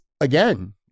again